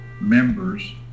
members